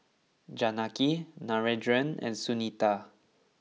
Janaki Narendra and Sunita